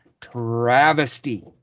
travesty